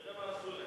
תראה מה עשו להם.